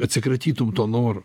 atsikratytum to noro